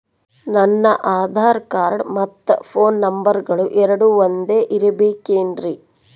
ನನ್ನ ಆಧಾರ್ ಕಾರ್ಡ್ ಮತ್ತ ಪೋನ್ ನಂಬರಗಳು ಎರಡು ಒಂದೆ ಇರಬೇಕಿನ್ರಿ?